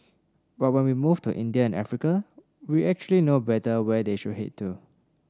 but when we move to India and Africa we actually know better where they should head to